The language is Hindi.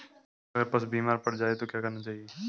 अगर पशु बीमार पड़ जाय तो क्या करना चाहिए?